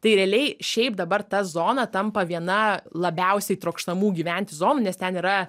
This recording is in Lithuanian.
tai realiai šiaip dabar ta zona tampa viena labiausiai trokštamų gyventi zonų nes ten yra